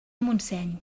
montseny